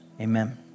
amen